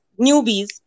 newbies